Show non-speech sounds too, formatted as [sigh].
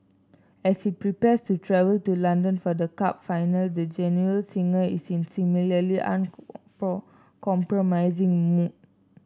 as he prepares to travel to London for the cup final the genial singer is in similarly [unintelligible] compromising mood